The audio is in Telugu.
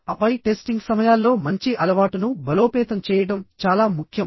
ఆపై టెస్టింగ్ సమయాల్లో మంచి అలవాటును బలోపేతం చేయడం చాలా ముఖ్యం